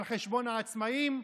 על חשבון העצמאים,